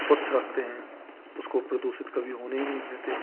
स्वच्छ रखते हैं उसको प्रदूषित कभी होने ही नहीं देते